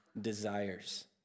desires